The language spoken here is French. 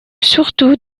surtout